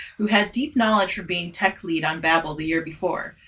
who had deep knowledge for being tech lead on babel the year before.